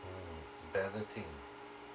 mm balloting